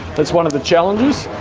but it's one of the challenges.